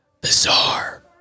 Bizarre